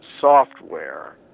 software